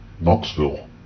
Knoxville